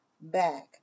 back